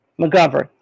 McGovern